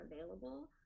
available